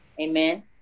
Amen